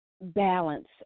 balance